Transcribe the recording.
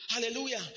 Hallelujah